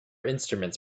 instruments